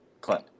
Clint